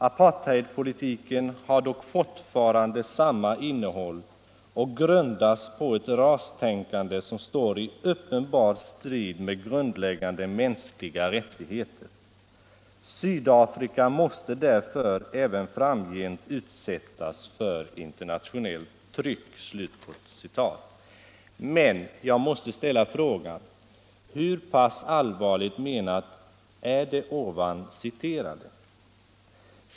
Apartheidpolitiken har dock fortfarande samma innehåll och grundas på ett rastänkande som står i uppenbar strid med grundläggande mänskliga rättigheter. Sydafrika måste därför även framgent utsättas för internationellt tryck.” Men jag måste ställa frågan: Hur pass allvarligt menat är det nu citerade?